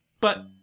But-